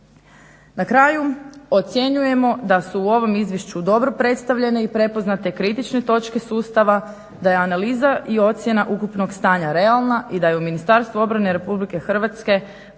Na kraju ocjenjujemo da su ovom Izvješću dobro predstavljene i prepoznate kritične točke sustava, da je analiza i ocjena ukupnog stanja realna i da je u Ministarstvo obrane Republike Hrvatske pravilno